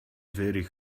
very